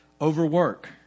Overwork